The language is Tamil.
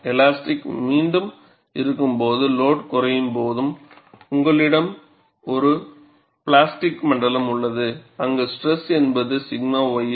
எலாஸ்டிக் மீண்டும் இருக்கும்போது லோடு குறையும் போது உங்களிடம் ஒரு பிளாஸ்டிக் மண்டலம் உள்ளது அங்கு ஸ்ட்ரெஸ் என்பது 𝞂ys